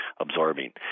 absorbing